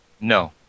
No